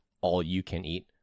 all-you-can-eat